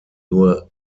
nur